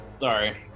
Sorry